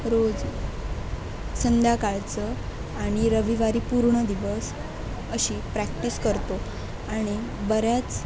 रोज संध्याकाळचं आणि रविवारी पूर्ण दिवस अशी प्रॅक्टीस करतो आणि बऱ्याच